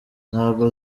ntabwo